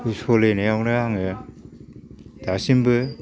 बे सोलिनायावनो आङो दासिमबो